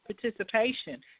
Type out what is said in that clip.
participation